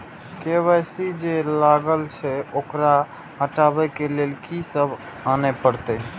KYC जे लागल छै ओकरा हटाबै के लैल की सब आने परतै?